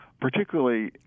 particularly